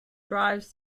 drives